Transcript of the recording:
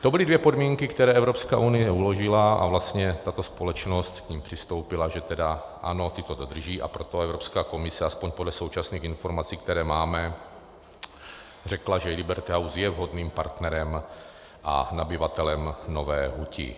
To byly dvě podmínky, které Evropská unie uložila, a vlastně tato společnost k nim přistoupila, že tedy ano, ty to dodrží, a proto Evropská komise aspoň podle současných informací, které máme, řekla, že Liberty House je vhodným partnerem a nabyvatelem Nové huti.